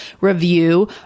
review